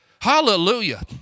Hallelujah